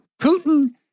Putin